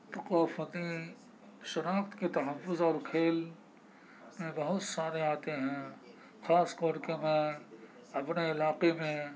ثقافتی شناخت کے تحفظ اور کھیل بہت سارے آتے ہیں خاص کر کے میں اپنے علاقے میں